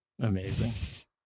Amazing